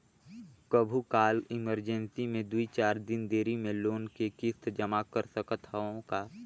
कभू काल इमरजेंसी मे दुई चार दिन देरी मे लोन के किस्त जमा कर सकत हवं का?